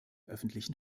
öffentlichen